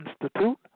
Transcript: Institute